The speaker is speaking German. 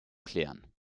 klären